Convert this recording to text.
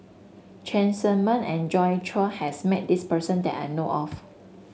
Cheng Tsang Man and Joi Chua has met this person that I know of